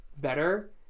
better